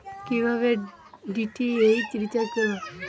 কিভাবে DTH recharge করব?